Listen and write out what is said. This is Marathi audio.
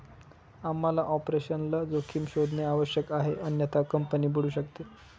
आम्हाला ऑपरेशनल जोखीम शोधणे आवश्यक आहे अन्यथा कंपनी बुडू शकते